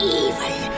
evil